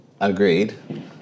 Agreed